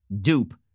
dupe